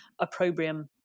opprobrium